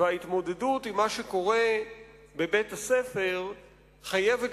וההתמודדות עם מה שקורה בבית-הספר חייבת